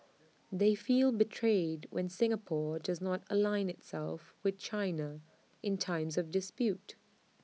they feel betrayed when Singapore does not align itself with China in times of dispute